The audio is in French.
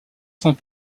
saint